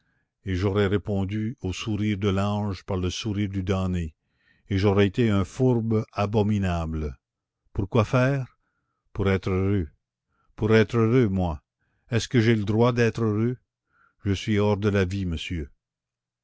et j'aurais répondu au sourire de l'ange par le sourire du damné et j'aurais été un fourbe abominable pourquoi faire pour être heureux pour être heureux moi est-ce que j'ai le droit d'être heureux je suis hors de la vie monsieur